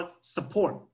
support